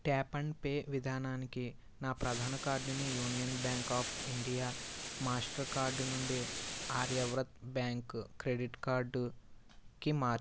tap and pay విధానానికి నా ప్రధాన కార్డుని Union Bank of India Mastercard నుండి ఆర్యవ్రత్ బ్యాంక్ క్రెడిట్ కార్డుకి మార్చు